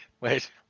wait